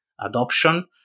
adoption